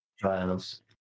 trials